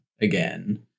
again